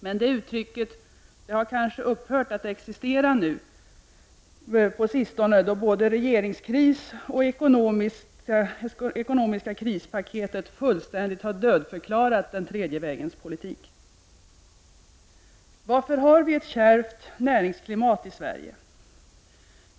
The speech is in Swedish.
Men det uttrycket har kanske upphört att existera nu på sistone, då både regeringskris och ekonomiskt krispaket fullständigt dödförklarat den tredje vägens politik. Varför har vi ett kärvt näringsklimat i Sverige?